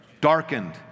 Darkened